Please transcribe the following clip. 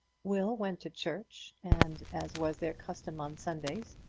will went to church, and, as was their custom on sundays,